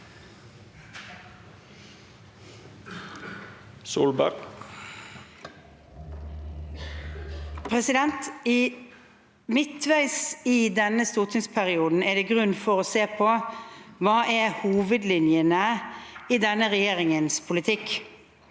Midtveis i denne stor- tingsperioden er det grunn til å se på hva hovedlinjene i denne regjeringens politikk